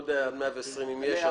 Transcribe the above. כולל סבתא שלך אני לא יודע אם יש,